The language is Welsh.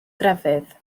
grefydd